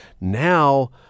Now